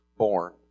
Born